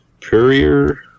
courier